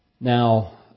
Now